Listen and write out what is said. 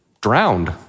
drowned